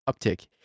uptick